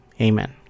Amen